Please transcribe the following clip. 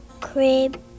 crib